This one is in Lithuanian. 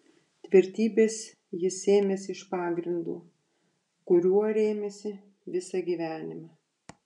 tvirtybės jis sėmėsi iš pagrindo kuriuo rėmėsi visą gyvenimą